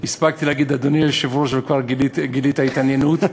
הספקתי להגיד "אדוני היושב-ראש" וכבר גילית התעניינות.